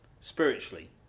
Spiritually